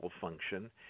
function